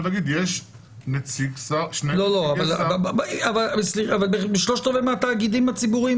להגיד שיש שני נציגי שר --- אבל בשלושה רבעים מהתאגידים הציבוריים,